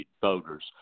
voters